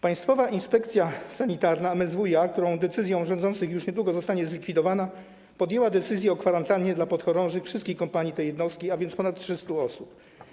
Państwowa Inspekcja Sanitarna MSWiA, która decyzją rządzących już niedługo zostanie zlikwidowana, podjęła decyzję o kwarantannie dla podchorążych wszystkich kompanii tej jednostki, a więc ponad 300 osób.